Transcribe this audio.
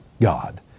God